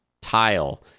tile